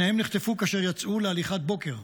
שניהם נחטפו כאשר יצאו להליכת בוקר.